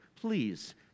Please